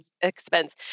expense